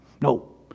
No